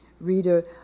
reader